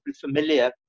familiar